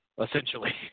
essentially